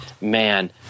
man